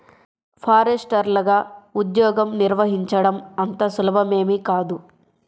ఫారెస్టర్లగా ఉద్యోగం నిర్వహించడం అంత సులభమేమీ కాదు